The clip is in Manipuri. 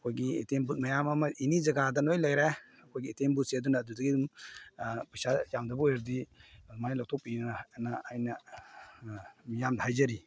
ꯑꯩꯈꯣꯏꯒꯤ ꯑꯦ ꯇꯤ ꯑꯦꯝ ꯕꯨꯠ ꯃꯌꯥꯝ ꯑꯃ ꯑꯦꯅꯤ ꯖꯒꯥꯗ ꯂꯣꯏꯅ ꯂꯩꯔꯦ ꯑꯩꯈꯣꯏꯒꯤ ꯑꯦ ꯇꯤ ꯑꯦꯝ ꯕꯨꯠꯁꯦ ꯑꯗꯨꯅ ꯑꯗꯨꯗꯒꯤ ꯑꯗꯨꯝ ꯄꯩꯁꯥ ꯌꯥꯝꯗꯕ ꯑꯣꯏꯔꯗꯤ ꯑꯗꯨꯃꯥꯏꯅ ꯂꯧꯊꯣꯛꯄꯤꯎꯅ ꯑꯅ ꯑꯩꯅ ꯃꯤꯌꯥꯝꯗ ꯍꯥꯏꯖꯔꯤ